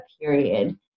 period